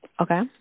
Okay